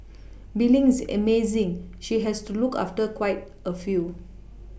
Bee Ling is amazing she has to look after quite a few